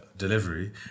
Delivery